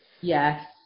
Yes